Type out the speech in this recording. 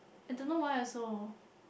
I don't know why also